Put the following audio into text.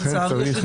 לצערי,